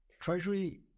Treasury